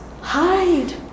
Hide